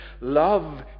love